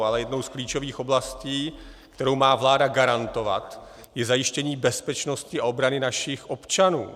Ale jednou z klíčových oblastí, kterou má vláda garantovat, je zajištění bezpečnosti a obrany našich občanů.